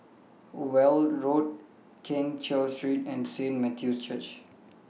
Weld Road Keng Cheow Street and Saint Matthew's Church